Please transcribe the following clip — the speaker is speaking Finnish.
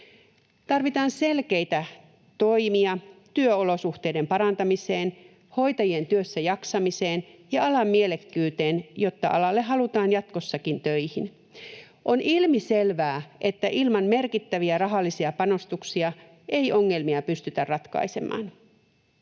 Tarvitaan selkeitä toimia työolosuhteiden parantamiseen, hoitajien työssäjaksamiseen ja alan mielekkyyteen, jotta alalle halutaan jatkossakin töihin. On ilmiselvää, että ilman merkittäviä rahallisia panostuksia ei ongelmia pystytä ratkaisemaan.